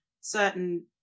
certain